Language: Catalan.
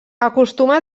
acostuma